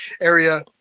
area